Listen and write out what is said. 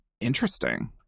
Interesting